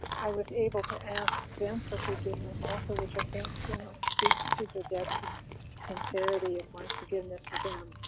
i was able to ask them for forgiveness also, which i think speaks to the depth and sincerity of my forgiveness with them